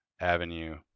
avenue